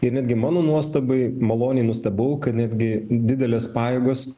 ir netgi mano nuostabai maloniai nustebau kad netgi didelės pajėgos